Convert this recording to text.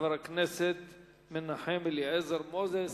חבר הכנסת מנחם אליעזר מוזס.